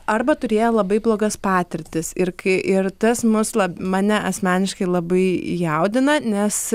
arba turėję labai blogas patirtis ir kai ir tas mus lab mane asmeniškai labai jaudina nes